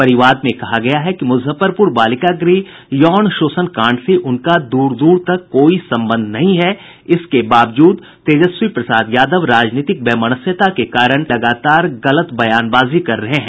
परिवाद में कहा गया है कि मुजफ्फरपुर बालिका गृह यौन शोषण कांड से उनका दूर दूर तक कोई संबंध नहीं है इसके बावजूद तेजस्वी प्रसाद यादव राजनीतिक वैमनस्यता के कारण इस संबंध में लगातार गलत बयानबाजी कर रहे हैं